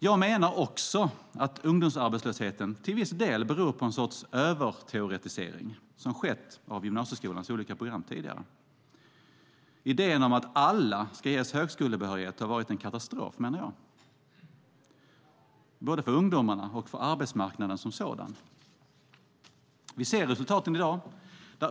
Jag menar också att ungdomsarbetslösheten till viss del beror på en sorts överteoretisering som tidigare har skett av gymnasieskolans olika program. Idén om att alla ska ges högskolebehörighet har varit en katastrof för både ungdomarna och arbetsmarknaden. Vi ser resultaten i dag.